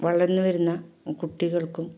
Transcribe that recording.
വളർന്ന് വരുന്ന കുട്ടികൾക്കും